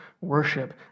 worship